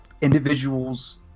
Individuals